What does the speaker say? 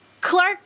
Clark